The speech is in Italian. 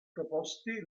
proposti